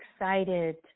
excited